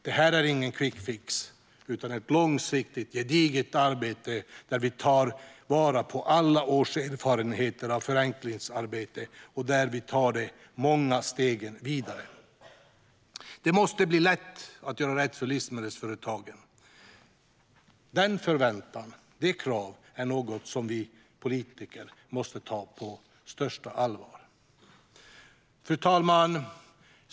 Detta är ingen quickfix utan ett långsiktigt, gediget arbete där vi tar vara på alla års erfarenheter av förenklingsarbete och därmed tar detta många steg vidare. Det måste bli lätt att göra rätt för livsmedelsföretagen. Denna förväntan och detta krav är något som vi politiker måste ta på största allvar. Fru talman!